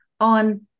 on